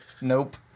Nope